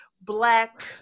black